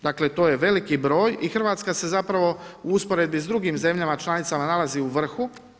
Dakle, to je veliki broj i RH se zapravo u usporedbi s drugim zemljama članicama nalazi u vrhu.